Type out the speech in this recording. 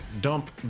dump